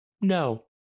No